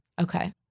okay